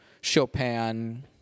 Chopin